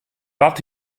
dat